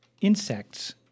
insects